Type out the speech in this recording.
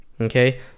okay